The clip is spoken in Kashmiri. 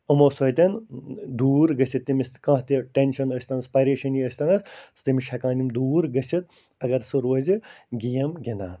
یِمو سۭتۍ دوٗر گٔژھِتھ تٔمِس کانٛہہ تہِ ٹٮ۪نٛشَن ٲسۍتَنَس پریشٲنی ٲسۍتَنَس تٔمِس چھِ ہٮ۪کان یِم دوٗر گٔژھِتھ اَگر سُہ روزِ گیم گِنٛدان